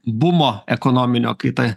bumo ekonominio kai ta